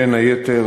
בין היתר,